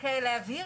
רק להבהיר,